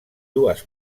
dues